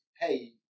hey